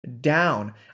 down